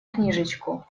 книжечку